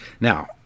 now